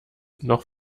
noch